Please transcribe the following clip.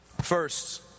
first